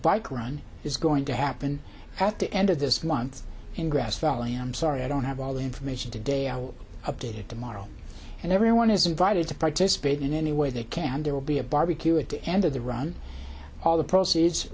bike run is going to happen at the end of this month in grass valley i'm sorry i don't have all the information today i will update it tomorrow and everyone is invited to participate in any way they can there will be a barbecue at the end of the run all the proceeds